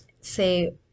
say